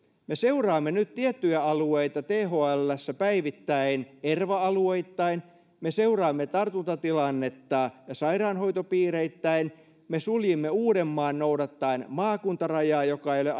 me seuraamme nyt tiettyjä alueita thlssä päivittäin erva alueittain me seuraamme tartuntatilannetta sairaanhoitopiireittäin me suljimme uudenmaan noudattaen maakuntarajaa joka ei ole